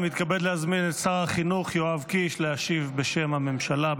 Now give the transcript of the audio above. אני מתכבד להזמין את שר החינוך יואב קיש להשיב בשם הממשלה,